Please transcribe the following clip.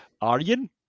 Aryan